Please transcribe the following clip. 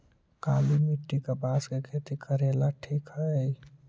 काली मिट्टी, कपास के खेती करेला ठिक हइ?